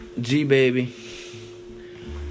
G-Baby